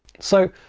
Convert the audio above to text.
so,